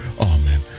Amen